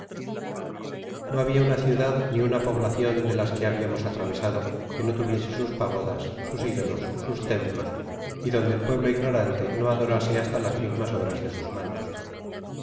no habia una ciudad ni una poblacion de las qne habiamos atravesado que no tuviese sus pagodas sus idolos sus templos y donde el pueblo ignorante no adorase hasta fas mismas obras de sus manos